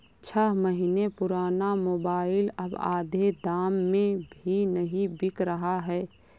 छह महीने पुराना मोबाइल अब आधे दाम में भी नही बिक रहा है